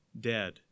dead